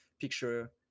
picture